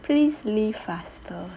please leave faster